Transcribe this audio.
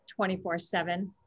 24-7